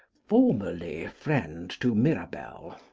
formerly friend to mirabell,